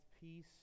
peace